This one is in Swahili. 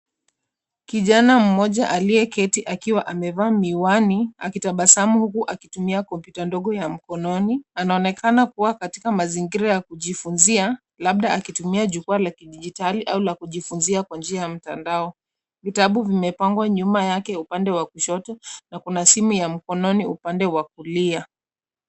Kijana mmoja aliyeketi akiwa amevaa miwani, akitabasamu huku akitumia kompyuta ndogo ya mkononi. Anaonekana kuwa katika mazingira ya kujifunzia labda akitumia jukwaa la kidijitali au la kujifunzia kwa njia ya mtandao. Vitabu vimepangwa nyuma yake upande wa kushoto na kuna simu ya mkononi upande wa kulia.